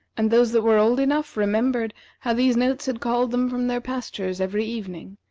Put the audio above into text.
and those that were old enough remembered how these notes had called them from their pastures every evening,